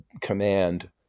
Command